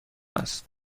است